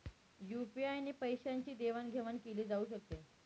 UPI ने पैशांची देवाणघेवाण केली जाऊ शकते